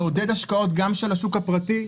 לעודד השקעות גם של השוק הפרטי.